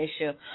issue